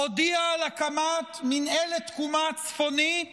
הודיעה על הקמת מינהלת תקומה צפונית